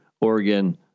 Oregon